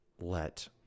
let